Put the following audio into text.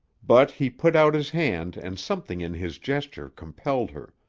but he put out his hand and something in his gesture compelled her.